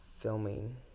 filming